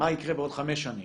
מה יקרה בעוד חמש שנים.